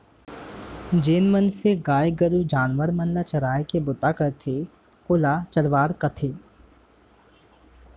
जेन मनसे गाय गरू जानवर मन ल चराय के बूता करथे ओला चरवार कथें